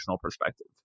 perspective